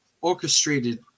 orchestrated